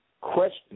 question